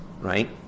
right